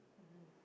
mmhmm